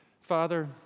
Father